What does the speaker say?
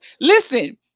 listen